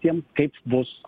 tiems kaip bus